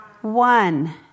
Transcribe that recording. one